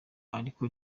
ariko